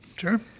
Sure